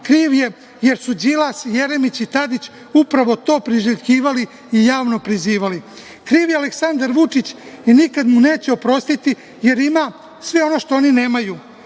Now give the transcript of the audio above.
Kriv je, jer su Đilas, Jeremić i Tadić upravo to priželjkivali i javno prizivali. Kriv je Aleksandar Vučić i nikada mu neće oprostiti jer ima sve ono što oni nemaju,